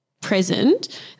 present